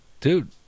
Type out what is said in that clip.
Dude